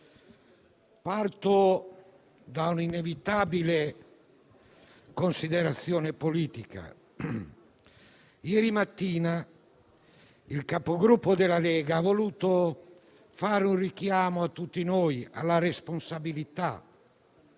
parto da un'inevitabile considerazione politica: ieri mattina il Capogruppo della Lega ha voluto richiamare tutti noi alla responsabilità,